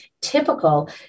typical